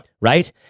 Right